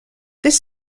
this